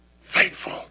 faithful